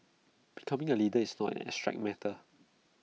becoming A leader is not an abstract matter